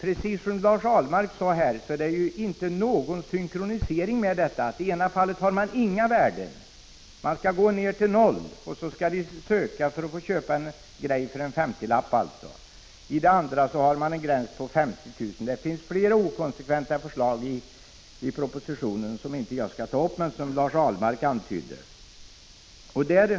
Precis som Lars Ahlmark sade är det ju inte någon synkronisering i regeringsförslaget. I det ena fallet har man inga värden. Man börjar från noll, och så skall det vara nödvändigt att söka tillstånd för att få köpa en grej för en femtiolapp. I det andra fallet har man ett gränsvärde på 50 000 kr. Det finns flera inkonsekventa förslag i propositionen, som jag inte skall ta upp men som Lars Ahlmark berörde.